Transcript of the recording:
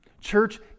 Church